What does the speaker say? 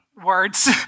Words